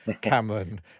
Cameron